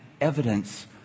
evidence